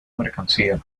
mercancía